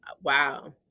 Wow